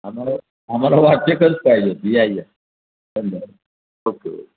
आम्हाला आम्हाला वाचकच पाहिजे होते या या संध्या ओके ओ